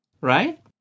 Right